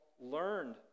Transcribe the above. learned